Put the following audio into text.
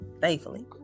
faithfully